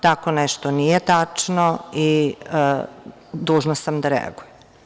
Tako nešto nije tačno i dužna sam da reagujem.